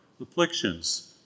afflictions